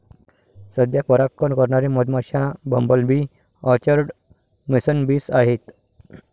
सध्या परागकण करणारे मधमाश्या, bumble bee, orchard mason bees आहेत